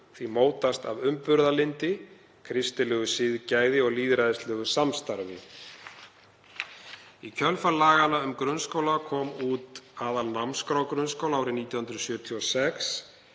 því mótast af umburðarlyndi, kristilegu siðgæði og lýðræðislegu samstarfi.“ Í kjölfar laga um grunnskóla kom út aðalnámskrá grunnskóla árið 1976.